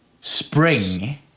Spring